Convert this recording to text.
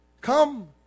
Come